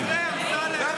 לא יקרה, אמסלם.